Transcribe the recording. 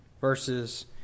verses